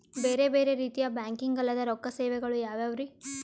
ಬೇರೆ ಬೇರೆ ರೀತಿಯ ಬ್ಯಾಂಕಿಂಗ್ ಅಲ್ಲದ ರೊಕ್ಕ ಸೇವೆಗಳು ಯಾವ್ಯಾವ್ರಿ?